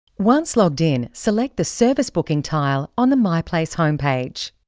once logged in, select the service booking tile on the myplace home page.